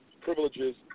privileges